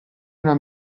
una